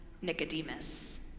nicodemus